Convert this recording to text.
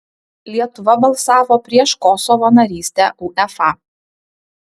lietuva balsavo prieš kosovo narystę uefa